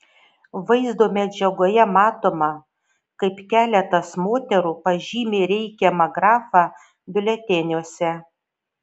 vaizdo medžiagoje matoma kaip keletas moterų pažymi reikiamą grafą biuleteniuose